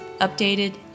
updated